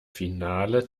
finale